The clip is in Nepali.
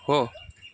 हो